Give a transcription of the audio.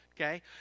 okay